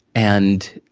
and,